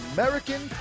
American